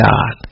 God